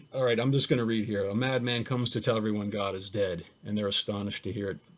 alright i'm just going to read here, a madman comes to tell everyone god is dead, and they're astonished to hear it,